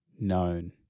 known